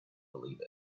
believe